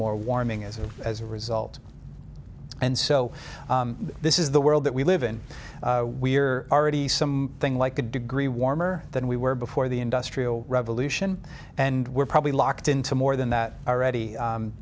more warming is as a result and so this is the world that we live in we're already some thing like a degree warmer than we were before the industrial revolution and we're probably locked into more than that already